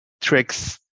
tricks